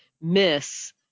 miss